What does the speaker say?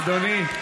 אדוני.